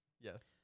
Yes